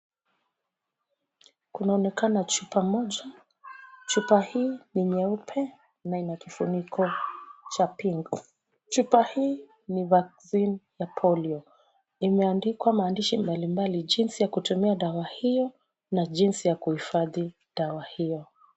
Kunaonekana chupa moja. Chupa hii ni nyeupe na ina kifuniko cha pink . Chupa hii ni vaccine ya polio. Imeandikwa maandishi mbalimbali. Jinsi ya kutumia dawa hiyo na jinsi ya kuhifadhi dawa hiyo.